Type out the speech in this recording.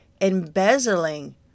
embezzling